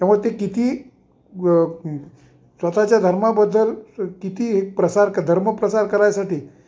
त्यामुळे ते किती ग व स्वताःच्या धर्माबद्दल किती हे प्रसार क धर्म प्रसार करायसाठी